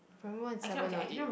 primary one is seven or eight